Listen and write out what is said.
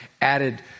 added